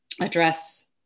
address